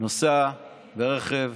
נוסע ברכב